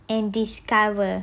and discover